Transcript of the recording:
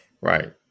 right